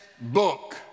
book